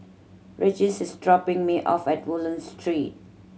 Regis is dropping me off at Woodlands Street